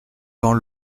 dans